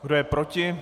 Kdo je proti?